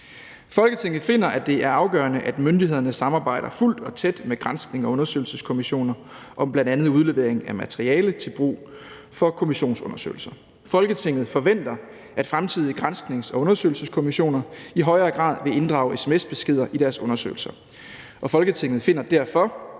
»Folketinget finder, at det er afgørende, at myndighederne samarbejder fuldt og tæt med gransknings- og undersøgelseskommissioner om bl.a. udlevering af materiale til brug for kommissionsundersøgelser. Folketinget forventer, at fremtidige gransknings- og undersøgelseskommissioner i højere grad vil inddrage SMS-beskeder i deres undersøgelser, og Folketinget finder derfor,